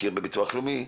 בביטוח לאומי,